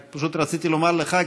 רק פשוט רציתי לומר לך,